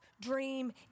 dream